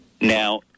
Now